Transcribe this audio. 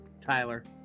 Tyler